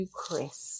Chris